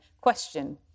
Question